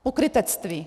Pokrytectví.